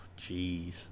jeez